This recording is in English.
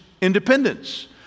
independence